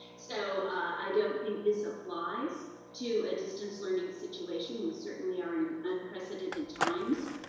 so i don't think this applies to a distance learning situation. we certainly are in unprecedented times,